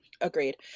Agreed